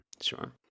Sure